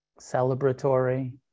celebratory